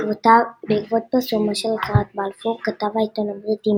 בעקבות פרסומה של הצהרת בלפור כתב העיתון הבריטי